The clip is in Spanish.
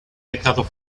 dejado